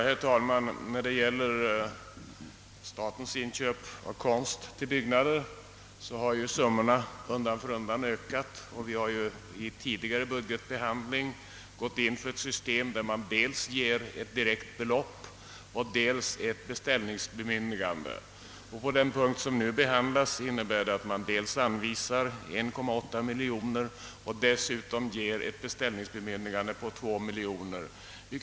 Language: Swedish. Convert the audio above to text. Herr talman! Beträffande statens inköp av konst till byggnader har ju summorna undan för undan ökats. Vid tidigare budgetbehandling har man gått in för ett system som innebär, att man dels ger ett belopp och dels ett beställningsbemyndigande. I år föreslås sålunda att ett anslag anvisas på 1,8 milj.kr.nor och att dessutom skall ges ett beställningsbemyndigande på 2 miljoner kronor.